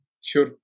Sure